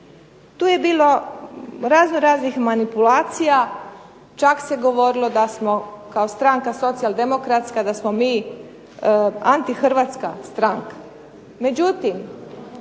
Tu je bilo razno raznih manipulacija. Čak se govorilo da smo kao stranka Socijaldemokratska da smo mi anti hrvatska stranka.